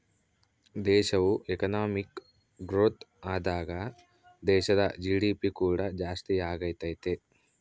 ದೇಶವು economic growth ಆದಾಗ ದೇಶದ ಜಿ.ಡಿ.ಪಿ ಕೂಡ ಜಾಸ್ತಿಯಾಗತೈತೆ